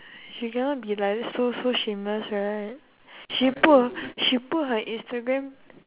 she cannot be like so so shameless right she put h~ she put her instagram